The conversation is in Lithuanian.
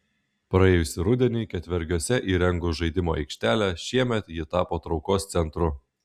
praėjusį rudenį ketvergiuose įrengus žaidimų aikštelę šiemet ji tapo traukos centru